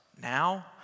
now